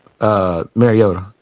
Mariota